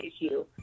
issue